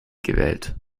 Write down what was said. gewählt